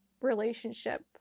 relationship